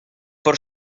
por